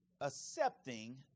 Accepting